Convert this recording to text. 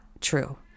true